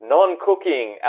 Non-Cooking